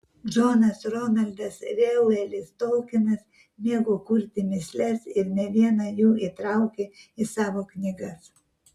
džonas ronaldas reuelis tolkinas mėgo kurti mįsles ir ne vieną jų įtraukė į savo knygas